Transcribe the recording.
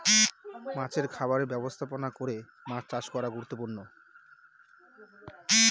মাছের খামারের ব্যবস্থাপনা করে মাছ চাষ করা গুরুত্বপূর্ণ